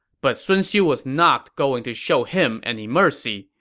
but sun xiu was not going to show him any mercy.